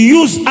use